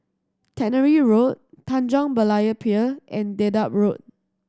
Tannery Road Tanjong Berlayer Pier and Dedap Road